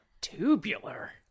Tubular